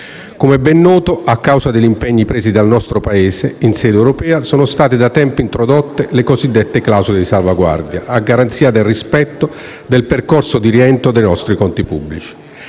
Com'è ben noto, a causa degli impegni presi dal nostro Paese in sede europea, sono state da tempo introdotte le cosiddette clausole di salvaguardia a garanzia del rispetto del percorso di rientro dei nostri conti pubblici.